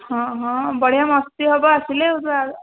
ହଁ ହଁ ବଢ଼ିଆ ମସ୍ତି ହବ ଆସିଲେ ତୁ ଆ